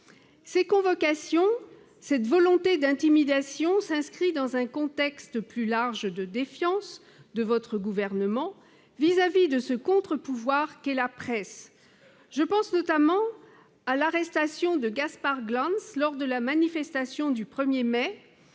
Ces convocations, cette volonté d'intimidation, s'inscrivent dans un contexte plus large de défiance du Gouvernement vis-à-vis de ce contre-pouvoir qu'est la presse. Je pense notamment à l'arrestation de Gaspard Glanz lors de la manifestation du 1 mai